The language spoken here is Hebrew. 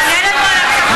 גלעד, תענה לנו על הצבא.